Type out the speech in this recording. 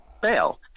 bail